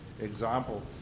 example